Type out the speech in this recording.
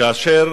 כאשר